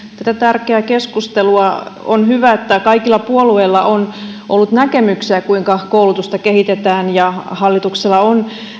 tätä tärkeää keskustelua on hyvä että kaikilla puolueilla on ollut näkemyksiä siitä kuinka koulutusta kehitetään ja hallituksella on